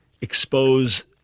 expose